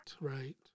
right